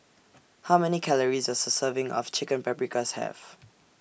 How Many Calories Does A Serving of Chicken Paprikas Have